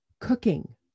cooking